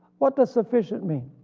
what does sufficient mean?